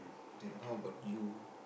then how about you